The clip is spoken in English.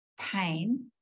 pain